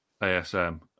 ASM